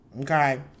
Okay